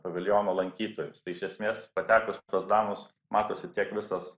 paviljono lankytojus tai iš esmės patekus pas danus matosi tiek visas